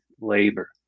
labor